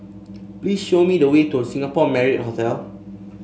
please show me the way to Singapore Marriott Hotel